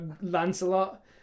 Lancelot